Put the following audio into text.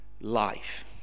life